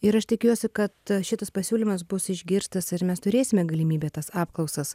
ir aš tikiuosi kad šitas pasiūlymas bus išgirstas ir mes turėsime galimybę tas apklausas